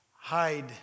hide